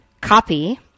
Copy